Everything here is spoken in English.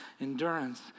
endurance